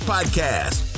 Podcast